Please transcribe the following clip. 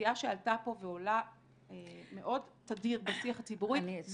סוגיה שעלתה פה ועולה מאוד תדיר בשיח הציבורי זה